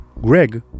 Greg